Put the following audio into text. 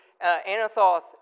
Anathoth